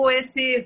esse